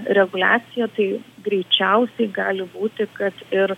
reguliacija tai greičiausiai gali būti kad ir